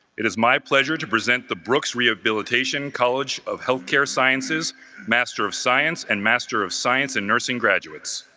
it is my pleasure to present the brooks rehabilitation college of health care sciences master of science and master of science and nursing graduates